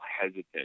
hesitant